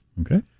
Okay